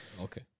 Okay